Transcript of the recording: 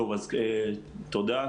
תודה.